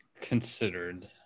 considered